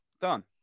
Done